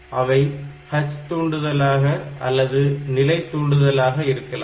அவை H தூண்டுதலாக அல்லது நிலை தூண்டுதலாக இருக்கலாம்